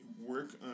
work